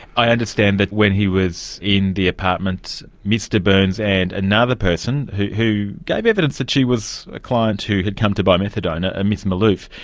i understand that when he was in the apartment mr byrnes and another person who who gave evidence that she was a client who had come to buy methadone, a and ms malouf,